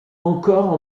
encore